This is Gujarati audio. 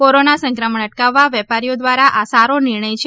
કોરોના સંક્રમણ અટાકાવવા વેપારીઓ દ્વારા આ સારો નિર્ણય છે